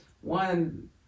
one